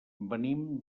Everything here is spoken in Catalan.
venim